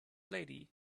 lady